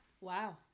Wow